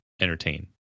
entertain